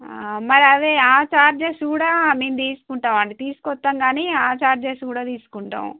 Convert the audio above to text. మరి అదే ఆ ఛార్జెస్ కూడా మేము తీసుకుంటాం అండి తీసుకొస్తాం కాని ఆ ఛార్జెస్ కూడా తీసుకుంటాం